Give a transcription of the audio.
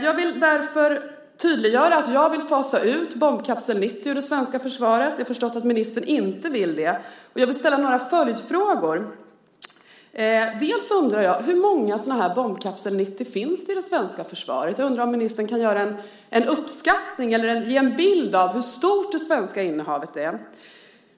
Jag vill därför tydliggöra att jag vill fasa ut bombkapsel 90 ur det svenska försvaret. Jag har förstått att ministern inte vill det. Jag vill ställa några följdfrågor. Jag undrar hur många sådana här bombkapsel 90 det finns i det svenska försvaret. Jag undrar om ministern kan göra en uppskattning eller ge en bild av hur stort det svenska innehavet är.